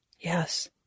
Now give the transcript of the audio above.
Yes